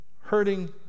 hurting